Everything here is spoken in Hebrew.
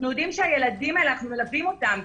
הילדים האלה, אנחנו מלווים אותם.